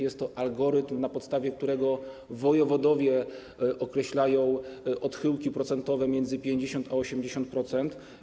Jest to algorytm, na podstawie którego wojewodowie określają odchyłki procentowe między 50% a 80%.